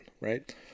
right